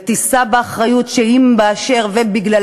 ותישא באחריות לכך שאם בגללה,